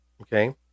Okay